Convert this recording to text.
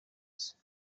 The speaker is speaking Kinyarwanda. texas